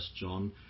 John